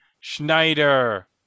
Schneider